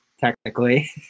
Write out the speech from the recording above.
technically